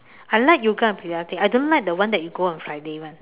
I like yoga and Pilates I don't like the one that you go on Friday [one]